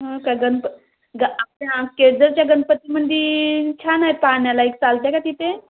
हां का गनप ग आपल्या केळझरच्या गणपती मंदिर छान आहे पाहण्यालायक चालते का तिथे